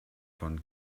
von